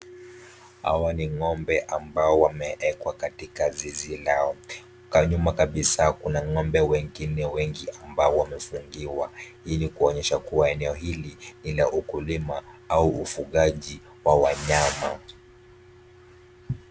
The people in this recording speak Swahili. Hawa ni ng'ombe ambao wamewekwa katika zizi lao. Kando nyuma kabisa kuna ng'ombe wengine wengi ambao wamefungiwa ilikuonyesha kuwa eneo hili ni la ukulima au ufugaji wa wanyama.